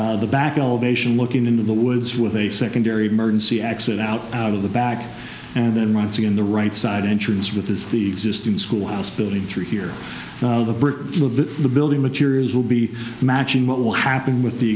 elevation looking into the woods with a secondary emergency exit out out of the back and then once again the right side entrance with this the schoolhouse building through here the the building materials will be matching what will happen with the